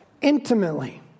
intimately